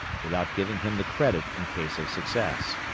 without giving him the credit in case of success.